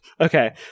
Okay